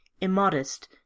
Immodest